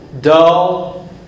dull